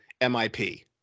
MIP